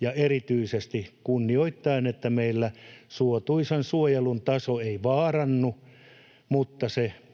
ja erityisesti kunnioittaen, että meillä suotuisan suojelun taso ei vaarannu, ja se pystytään